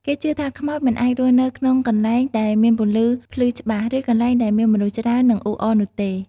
គេជឿថាខ្មោចមិនអាចរស់នៅក្នុងកន្លែងដែលមានពន្លឺភ្លឺច្បាស់ ឬកន្លែងដែលមានមនុស្សច្រើននឹងអ៊ូអរនោះទេ ។